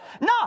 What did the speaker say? No